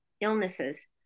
illnesses